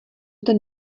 ten